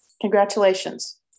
Congratulations